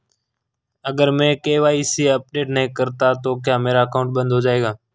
अगर मैं KYC update नहीं करता तो क्या मेरा अकाउंट बंद हो जाएगा?